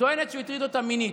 טוענת שהוא הטריד אותה מינית.